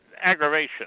aggravation